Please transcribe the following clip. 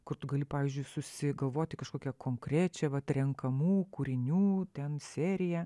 kur tu gali pavyzdžiui susigalvoti kažkokią konkrečią vat renkamų kūrinių ten seriją